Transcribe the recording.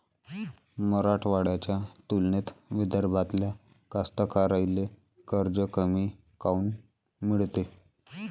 मराठवाड्याच्या तुलनेत विदर्भातल्या कास्तकाराइले कर्ज कमी काऊन मिळते?